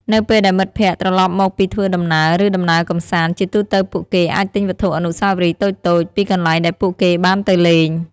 នៅពេលដែលមិត្តភក្តិត្រឡប់មកពីធ្វើដំណើរ ឬដំណើរកម្សាន្ត ជាទូទៅពួកគេអាចទិញវត្ថុអនុស្សាវរីយ៍តូចៗ ពីកន្លែងដែលពួកគេបានទៅលេង។